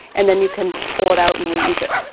and then you can pull it out and reuse it.